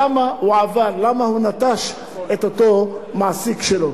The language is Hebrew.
למה הוא נטש את אותו מעסיק שלו.